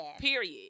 Period